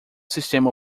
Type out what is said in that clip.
sistema